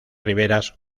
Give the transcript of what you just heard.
riberas